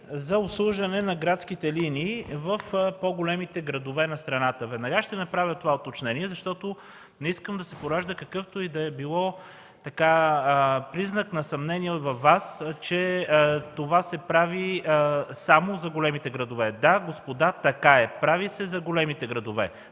за обслужване на градските линии в по-големите градове на страната. Веднага ще направя това уточнение, защото не искам да се поражда какъвто и да било признак на съмнение във Вас, че това се прави само за големите градове. Да, господа, така е – прави се за големите градове.